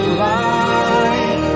light